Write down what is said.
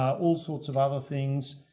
all sorts of other things.